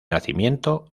nacimiento